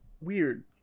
weird